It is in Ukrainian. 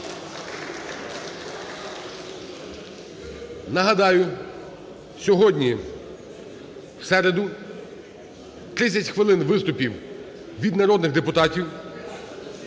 Нагадаю, сьогодні, в середу, 30 хвилин виступів від народних депутатів,